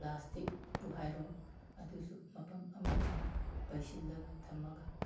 ꯄ꯭ꯂꯥꯁꯇꯤꯛꯄꯨ ꯍꯥꯏꯔꯣ ꯑꯗꯨꯁꯨ ꯃꯐꯝ ꯑꯃꯗ ꯄꯩꯁꯤꯜꯂꯒ ꯊꯝꯃꯒ